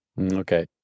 Okay